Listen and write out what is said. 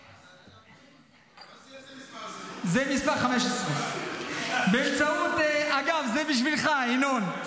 זה מס' 15. אגב, זה בשבילך, ינון.